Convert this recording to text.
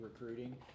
recruiting